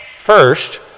First